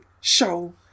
show